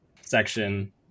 section